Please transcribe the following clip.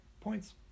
points